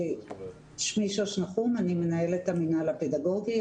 אני מנהלת המינהל הפדגוגי,